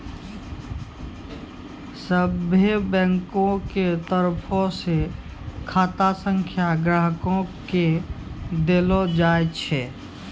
सभ्भे बैंको के तरफो से खाता संख्या ग्राहको के देलो जाय छै